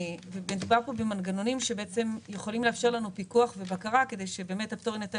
מדובר פה במנגנונים שיכולים לאפשר לנו פיקוח ובקרה כדי שהפטור יינתן